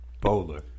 Bowler